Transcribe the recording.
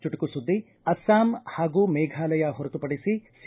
ಚುಟುಕು ಸುದ್ದಿ ಅಸ್ಲಾಂ ಹಾಗೂ ಮೇಘಾಲಯ ಹೊರುತುಪಡಿಸಿ ಸಿ